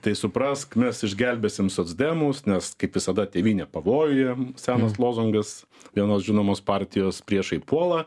tai suprask mes išgelbėsim socdemus nes kaip visada tėvynė pavojuje senas lozungas vienos žinomos partijos priešai puola